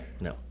No